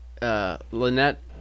Lynette